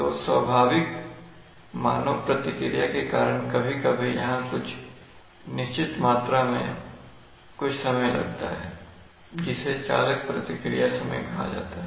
तो स्वभाविक मानव प्रतिक्रिया के कारण कभी कभी यहां निश्चित मात्रा में कुछ समय लगता है जिसे चालक प्रतिक्रिया समय कहा जाता है